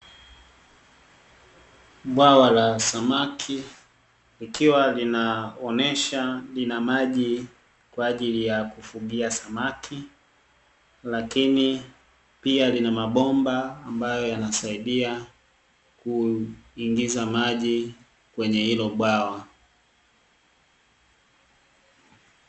Bwawa la samaki, likiwa linaonesha lina maji kwa ajili ya kufugia samaki. Lakini pia, lina mabomba ambayo yanasaidia kuingiza maji kwenye hilo bwawa.